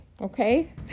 okay